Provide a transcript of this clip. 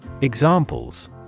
Examples